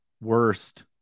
worst